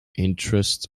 interest